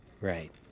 Right